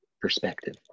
perspective